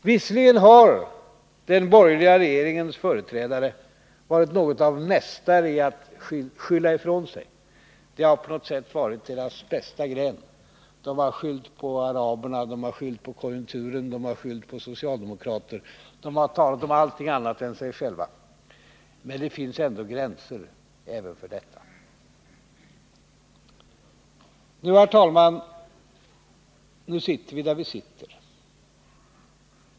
Visserligen har den borgerliga regeringens företrädare varit mästare i att skylla ifrån sig. Det har på något sätt varit deras bästa gren; de har skyllt på araberna, de har skyllt på konjunkturen, de har skyllt på socialdemokraterna, och de har talat om allting annat än om sig själva. Men det finns ändå gränser även för detta. Nu, herr talman, sitter vi där vi sitter.